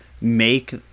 make